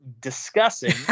discussing